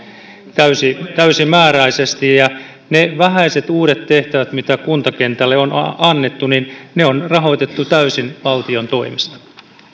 täysimääräisesti ne vähäiset uudet tehtävät mitä kuntakentälle on annettu on rahoitettu täysin valtion toimesta